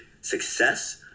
success